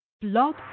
Blog